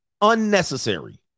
Unnecessary